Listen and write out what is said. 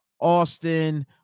austin